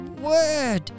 word